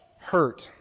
hurt